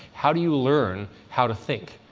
how do you learn how to think?